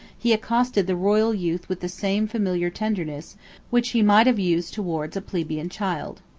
he accosted the royal youth with the same familiar tenderness which he might have used towards a plebeian child.